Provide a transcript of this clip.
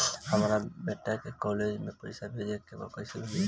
हमर बेटा के कॉलेज में पैसा भेजे के बा कइसे भेजी?